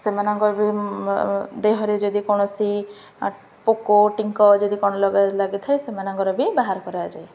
ସେମାନଙ୍କର ବି ଦେହରେ ଯଦି କୌଣସି ପୋକ ଟିଙ୍କ ଯଦି କ'ଣ ଲାଗିଥାଏ ସେମାନଙ୍କର ବି ବାହାର କରାଯାଏ